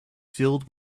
filled